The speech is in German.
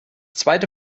zweite